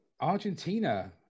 Argentina